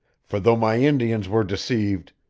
for though my indians were deceived,